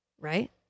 right